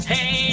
Hey